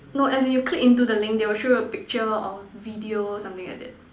no as in you click into the link there will show you a picture or video something like that